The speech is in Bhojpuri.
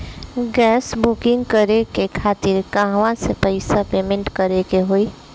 गॅस बूकिंग करे के खातिर कहवा से पैसा पेमेंट करे के होई?